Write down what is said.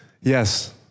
Yes